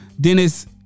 Dennis